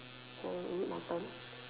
so is it my turn